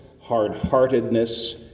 hard-heartedness